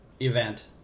event